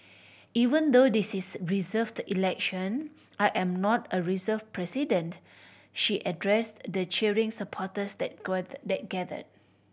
even though this is reserved election I am not a reserved president she addressed the cheering supporters that gathered